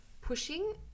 pushing